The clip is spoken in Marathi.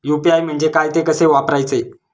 यु.पी.आय म्हणजे काय, ते कसे वापरायचे?